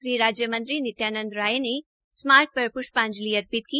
गृह राज्य मंत्री नित्यानंद राये ने स्मारक पर प्ष्पाजंलि अर्पित की